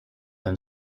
been